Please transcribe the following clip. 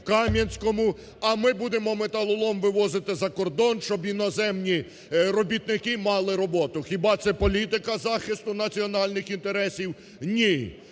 а ми будемо металолом вивозити за кордон, щоб іноземні робітники мали роботу. Хіба це політика захисту національних інтересів? Ні.